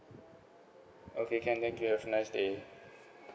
okay can thank you have a nice day